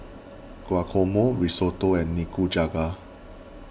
Guacamole Risotto and Nikujaga